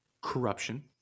corruption